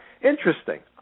Interesting